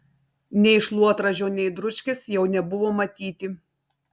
nei šluotražio nei dručkės jau nebuvo matyti